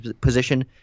position